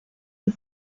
die